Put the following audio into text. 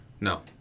No